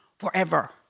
Forever